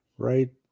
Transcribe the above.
Right